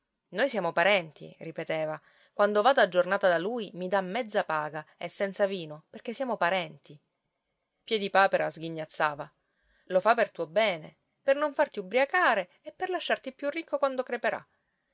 noi siamo parenti ripeteva quando vado a giornata da lui mi dà mezza paga e senza vino perché siamo parenti piedipapera sghignazzava lo fa per tuo bene per non farti ubbriacare e per lasciarti più ricco quando creperà